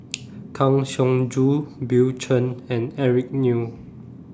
Kang Siong Joo Bill Chen and Eric Neo